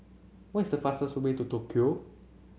what is the fastest way to Tokyo